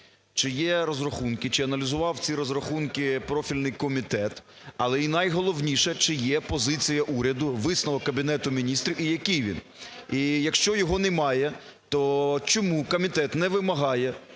чи є розрахунки? Чи аналізував ці розрахунки профільний комітет? Але і найголовніше, чи є позиція уряду, висновок Кабінету Міністрів і який він. І якщо його немає, то чому комітет не вимагає,